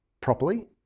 properly